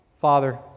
Father